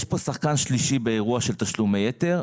יש פה שחקן שלישי באירוע של תשלומי יתר,